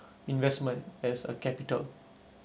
investment as a capital